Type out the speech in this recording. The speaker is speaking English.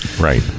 Right